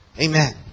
Amen